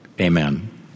amen